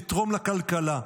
לתרום לכלכלה.